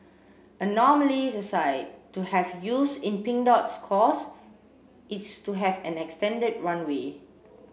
anomalies aside to have youths in Pink Dot's cause is to have an extended runway